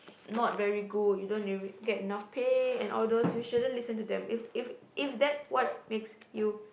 not very good you don't get enough pay and all those you shouldn't listen to them if if if that's what makes you